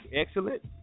excellent